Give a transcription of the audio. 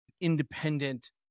independent